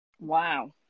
Wow